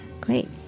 Great